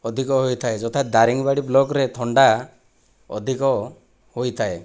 ଅଧିକ ହୋଇଥାଏ ଯଥା ଦାରିଙ୍ଗବାଡ଼ି ବ୍ଲକରେ ଥଣ୍ଡା ଅଧିକ ହୋଇଥାଏ